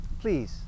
Please